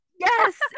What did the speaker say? yes